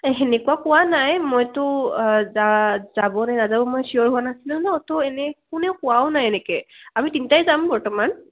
তেনেকুৱা পোৱা নাই মইতো যা যাবনে নাযাব মই চিয়'ৰ হোৱা নাছিলোঁ নহ্ ত' এনেই কোনেও কোৱাও নাই এনেকৈ আমি তিনিটাই যাম বৰ্তমান